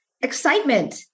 excitement